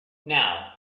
now